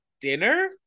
dinner